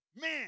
Man